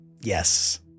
Yes